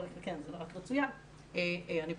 חלילה,